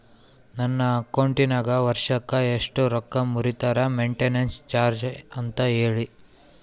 ನನ್ನ ಅಕೌಂಟಿನಾಗ ವರ್ಷಕ್ಕ ಎಷ್ಟು ರೊಕ್ಕ ಮುರಿತಾರ ಮೆಂಟೇನೆನ್ಸ್ ಚಾರ್ಜ್ ಅಂತ ಹೇಳಿ?